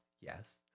yes